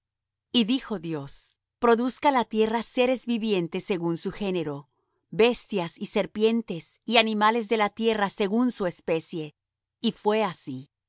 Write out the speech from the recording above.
y dijo dios produzca la tierra seres vivientes según su género bestias y serpientes y animales de la tierra según su especie y fué así